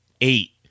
eight